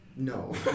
No